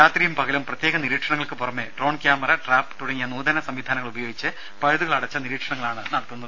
രാത്രിയും പകലും പ്രത്യേക നിരീക്ഷണങ്ങൾക്ക് പുറമെ ഡ്രോൺ ക്യാമറ ട്രാപ്പ് തുടങ്ങിയ നൂതന സംവിധാനങ്ങൾ ഉപയോഗിച്ച് പഴുതുകൾ അടച്ചുള്ള നിരീക്ഷണങ്ങളാണ് നടത്തുന്നത്